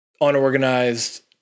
unorganized